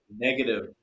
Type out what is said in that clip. Negative